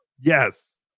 Yes